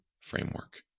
Framework